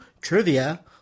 trivia